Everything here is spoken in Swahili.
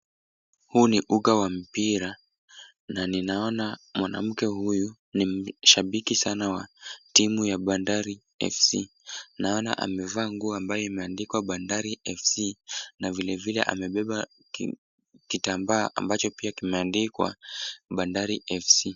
Huu ni uga wa mpira na ninaona mwanamke huyu ni mshabiki sana wa timu ya Bandari FC. Naona amevaa nguo ambayo imeandikwa Bandari FC na vilevile amebeba kitambaa ambacho pia kimeandikwa Bandari FC.